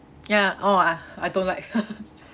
ya orh I I don't like